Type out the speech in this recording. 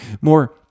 more